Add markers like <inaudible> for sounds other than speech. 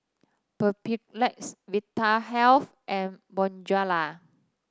<unintelligible> Vitahealth and Bonjela